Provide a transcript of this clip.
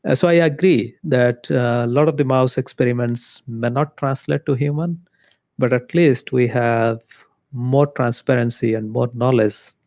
ah so i agree that a lot of the mouse experiments may not translate to human but at least we have more transparency and more knowledge,